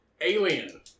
Alien